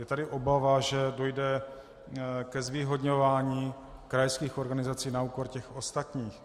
Je tady obava, že dojde k zvýhodňování krajských organizací na úkor těch ostatních.